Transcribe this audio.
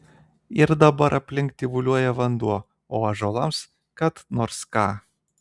ir dabar aplink tyvuliuoja vanduo o ąžuolams kad nors ką